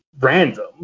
random